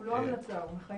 הוא לא המלצה, הוא מחייב?